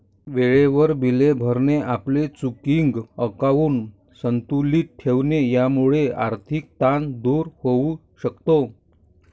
वेळेवर बिले भरणे, आपले चेकिंग अकाउंट संतुलित ठेवणे यामुळे आर्थिक ताण दूर होऊ शकतो